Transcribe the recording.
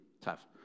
tough